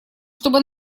чтобы